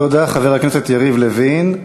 תודה, חבר הכנסת יריב לוין.